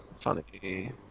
funny